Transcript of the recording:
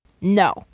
no